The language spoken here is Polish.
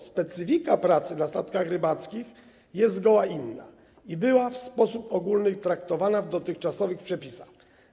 Specyfika pracy na statkach rybackich jest zgoła inna i była w sposób ogólny traktowana w dotychczasowych przepisach.